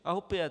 A opět.